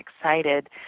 excited